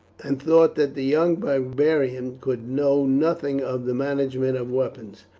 and thought that the young barbarian could know nothing of the management of weapons.